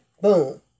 Boom